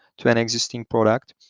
to an existing product.